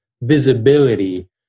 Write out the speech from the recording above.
visibility